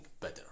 better